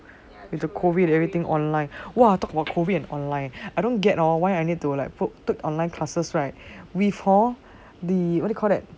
with the COVID and everything online !wah! talk about COVID and online I don't get hor why I need to like took online classes right with hor the what do you call that